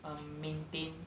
um maintain